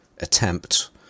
attempt